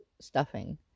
stuffing